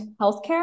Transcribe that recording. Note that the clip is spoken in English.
healthcare